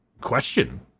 question